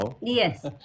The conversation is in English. Yes